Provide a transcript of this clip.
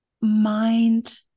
mind